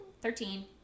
Thirteen